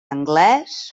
anglès